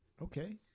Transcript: Okay